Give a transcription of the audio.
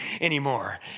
anymore